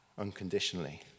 unconditionally